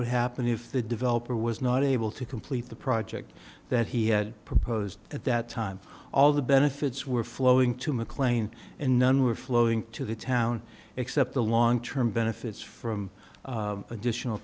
would happen if the developer was not able to complete the project that he had proposed at that time all the benefits were flowing to mclean and none were flowing to the town except the long term benefits from additional